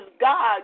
God